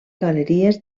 galeries